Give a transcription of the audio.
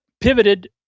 pivoted